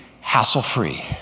hassle-free